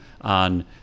on